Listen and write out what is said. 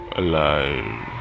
alive